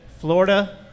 Florida